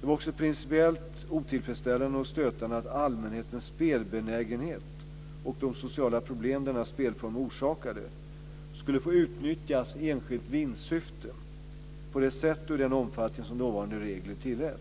Det var också principiellt otillfredsställande och stötande att allmänhetens spelbenägenhet och de sociala problem denna spelform orsakade skulle få utnyttjas i enskilt vinstsyfte, på det sätt och i den omfattning som dåvarande regler tillät.